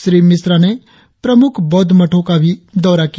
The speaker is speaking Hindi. श्री मिश्रा ने प्रमुख बौद्ध मठों का भी दौरा किया